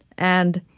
and